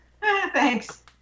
Thanks